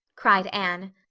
cried anne.